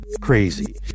crazy